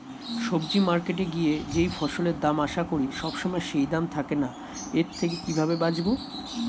সবজি মার্কেটে গিয়ে যেই ফসলের দাম আশা করি সবসময় সেই দাম থাকে না এর থেকে কিভাবে বাঁচাবো?